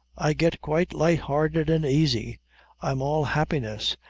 i get quite light-hearted and aisy i'm all happiness.